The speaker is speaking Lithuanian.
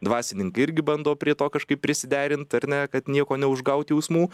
dvasininkai irgi bando prie to kažkaip prisiderint ar ne kad nieko neužgaut jausmų